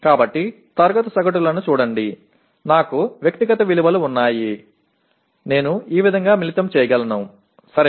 కాబట్టి తరగతి సగటులను చూడండి నాకు వ్యక్తిగత విలువలు ఉన్నాయి నేను ఈ విధంగా మిళితం చేయగలను సరేనా